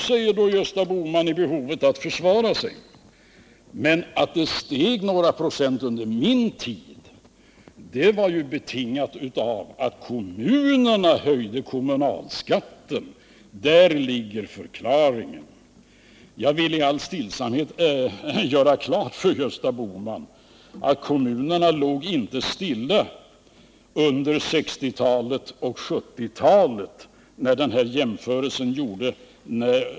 Sedan sade Gösta Bohman i behovet att försvara sig, att skattekvoten steg några procent under de borgerliga regeringarnas tid var ju betingat av att kommunerna höjde kommunalskatten — däri ligger förklaringen! Jag vill i all stillsamhet göra klart för Gösta Bohman att kommunerna låg inte stilla under 1960 och 1970-talen heller.